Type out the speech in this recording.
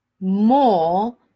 more